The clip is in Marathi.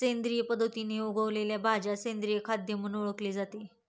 सेंद्रिय पद्धतीने उगवलेल्या भाज्या सेंद्रिय खाद्य म्हणून ओळखले जाते